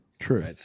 True